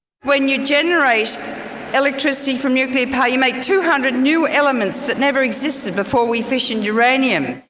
when you generate electricity from nuclear power you make two hundred new elements that never existed before we fissioned uranium.